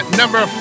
number